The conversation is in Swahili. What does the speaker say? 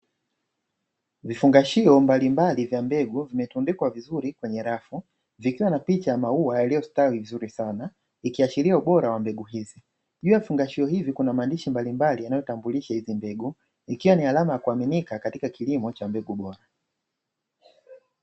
Vifungashio mbalimbali vya mbegu vimetundikwa vizuri kwenye rafu vikiwa na picha ya maua yaliyostawi vizuri sana ikiashiria ubora wa mbegu hizi, juu ya vifungashio hivi kuna maandishi mbalimbali yanayotambulisha hizi mbegu ikiwa ni alama ya kuaminika katika kilimo cha mbegu bora.